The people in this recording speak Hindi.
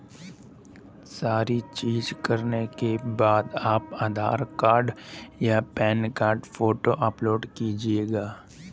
सारी चीजें करने के बाद आप आधार कार्ड या पैन कार्ड फोटो अपलोड कीजिएगा